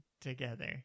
together